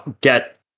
get